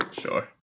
Sure